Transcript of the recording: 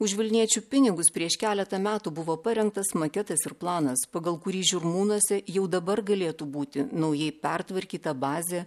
už vilniečių pinigus prieš keletą metų buvo parengtas maketas ir planas pagal kurį žirmūnuose jau dabar galėtų būti naujai pertvarkyta bazė